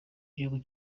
gihugu